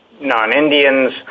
non-Indians